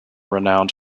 renowned